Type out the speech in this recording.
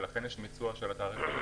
ולכן יש מיצוע של התעריפים.